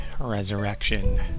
Resurrection